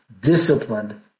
disciplined